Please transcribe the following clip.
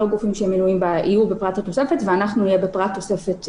הגופים שמנויים בה יהיו בפרט התוספת,